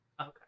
okay